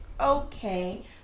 okay